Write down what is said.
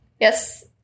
Yes